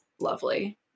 lovely